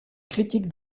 critique